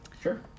Sure